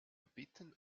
bitten